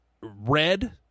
red